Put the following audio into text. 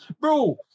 Bro